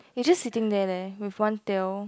it's just sitting there leh with one tail